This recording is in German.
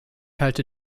halte